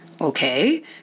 Okay